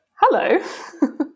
Hello